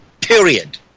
period